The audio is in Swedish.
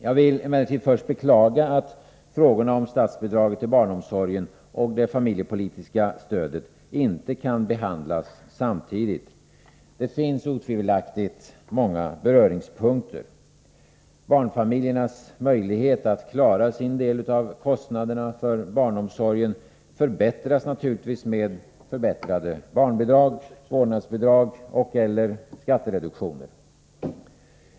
Jag vill emellertid först beklaga att frågorna om statsbidrag till barnomsorgen och det familjepolitiska stödet inte kan behandlas samtidigt. Det finns otvivelaktigt många beröringspunkter. Barnfamiljernas möjlighet att klara sin del av kostnaderna för barnomsorgen förbättras naturligtvis med förbättrade barnbidrag, vårdnadsbidrag och/eller skattereduktioner.